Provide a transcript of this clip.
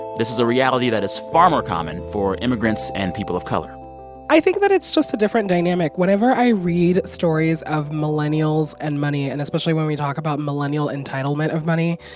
this is a reality that is far more common for immigrants and people of color i think that it's just a different dynamic. whenever i read stories of millennials and money and especially when we talk about millennial entitlement of money,